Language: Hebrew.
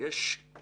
---- גם